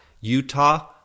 Utah